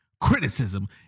criticism